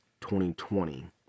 2020